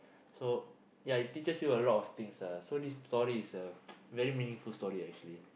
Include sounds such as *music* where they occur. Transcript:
so ya it teaches you a lot of things ah so this story is a *noise* very meaningful story ah actually